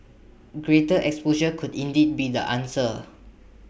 greater exposure could indeed be the answer